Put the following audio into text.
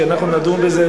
מילא יושב לבד,